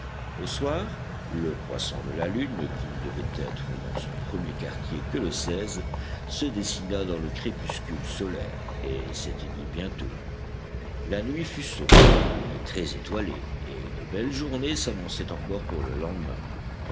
au soir le croissant de la lune qui ne devait être dans son premier quartier que le se dessina dans le crépuscule solaire et s'éteignit bientôt la nuit fut sombre mais très étoilée et une belle journée s'annonçait encore pour le lendemain